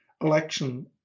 election